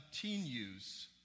continues